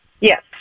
Yes